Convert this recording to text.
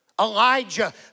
Elijah